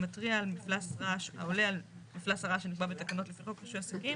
מתריע על מפלס רעש העולה על מפלס הרעש שנקבע בתקנות לפי חוק רישוי עסקים